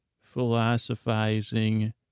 philosophizing